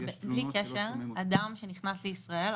אדם שנכנס לישראל,